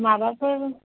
माबाफोर